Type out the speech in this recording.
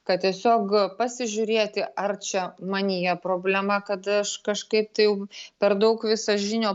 kad tiesiog pasižiūrėti ar čia manyje problema kad aš kažkaip tai jau per daug visažinio